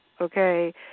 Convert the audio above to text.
okay